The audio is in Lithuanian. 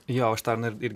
jo aš ten irgi